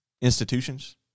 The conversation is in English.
institutions